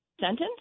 sentence